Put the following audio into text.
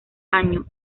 año